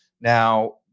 Now